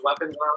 weapons